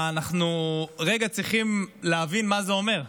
אנחנו צריכים רגע להבין מה זה אומר.